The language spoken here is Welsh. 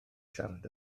siarad